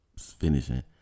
finishing